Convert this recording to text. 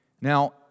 Now